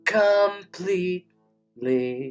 completely